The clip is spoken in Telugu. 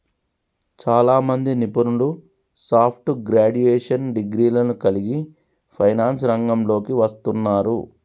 చాలామంది నిపుణులు సాఫ్ట్ గ్రాడ్యుయేషన్ డిగ్రీలను కలిగి ఫైనాన్స్ రంగంలోకి వస్తున్నారు